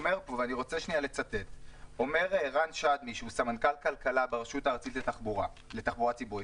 אומר פה רן שדמי שהוא סמנכ"ל כלכלה ברשות הארצית לתחבורה ציבורית,